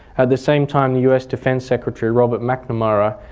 at the same time the us defence secretary, robert mcnamara,